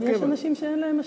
גם יש אנשים שאין להם אשראי,